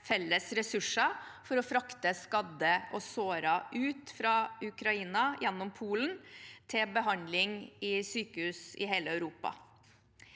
felles ressurser for å frakte skadde og sårede ut fra Ukraina gjennom Polen til behandling i sykehus i hele Europa.